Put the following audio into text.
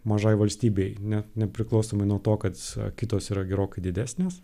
mažai valstybei net nepriklausomai nuo to kad kitos yra gerokai didesnės